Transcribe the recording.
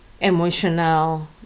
emotional